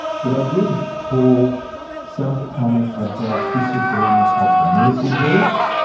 but i do recall some comment about disagreement of the medical bills,